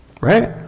Right